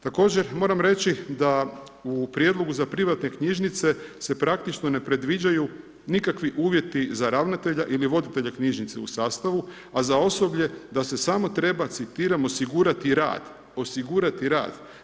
Također moram reći da u prijedlogu za privatne knjižnice se praktično ne predviđaju nikakvi uvjeti za ravnatelja ili voditelja knjižnice u sastavu, a za osoblje da se samo treba, citiram: osigurati rad, osigurati rad.